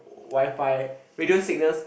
WiFi radio signals